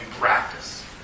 practice